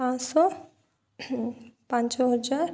ପାଞ୍ଚଶହ ପାଞ୍ଚ ହଜାର